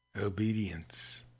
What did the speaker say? obedience